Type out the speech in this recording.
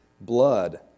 blood